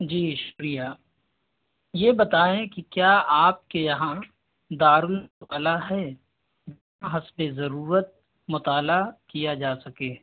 جی شکریہ یہ بتائیں کہ کیا آپ کے یہاں دار ہے حسب ضرورت مطالعہ کیا جا سکے